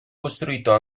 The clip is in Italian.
costruito